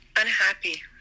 Unhappy